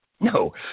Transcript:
no